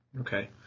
Okay